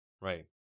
right